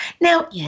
Now